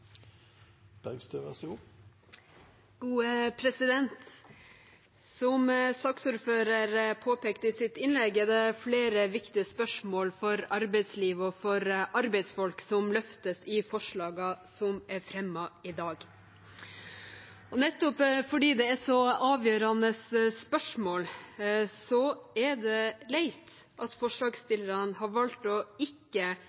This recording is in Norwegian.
Som saksordføreren påpekte i sitt innlegg, er det flere viktige spørsmål for arbeidslivet og for arbeidsfolk som løftes i forslagene som er fremmet i dag. Nettopp fordi det er så avgjørende spørsmål, er det leit at